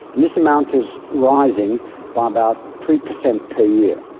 and this amount is rising by about three percent per year.